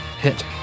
Hit